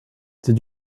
did